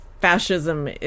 fascism